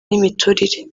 n’imiturire